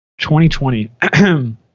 2020